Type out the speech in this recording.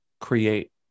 create